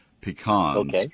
pecans